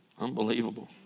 unbelievable